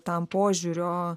tam požiūrio